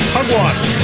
Hugwash